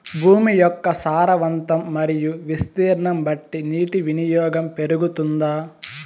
భూమి యొక్క సారవంతం మరియు విస్తీర్ణం బట్టి నీటి వినియోగం పెరుగుతుందా?